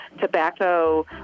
tobacco